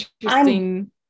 interesting